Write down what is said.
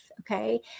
Okay